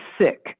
sick